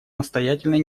настоятельной